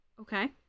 Okay